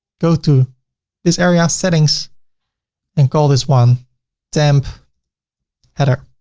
go to this area, settings and call this one temp header.